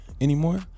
anymore